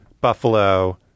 Buffalo